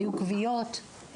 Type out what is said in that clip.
היו כוויות.